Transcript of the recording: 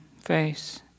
face